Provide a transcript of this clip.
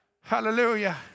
Hallelujah